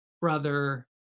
brother